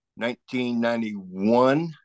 1991